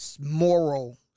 moral